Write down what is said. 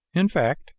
in fact,